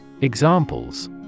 Examples